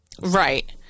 Right